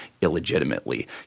illegitimately